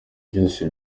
byose